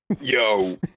Yo